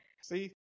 See